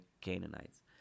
Canaanites